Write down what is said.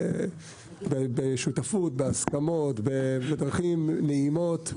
בשותפות, בהסכמות, בדרכים נעימות,